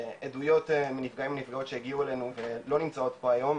עדויות מנפגעים ונפגעות שהגיעו אלינו ולא נמצאות פה היום,